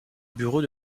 bureau